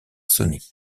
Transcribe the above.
sony